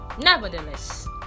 Nevertheless